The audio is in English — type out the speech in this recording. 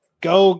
Go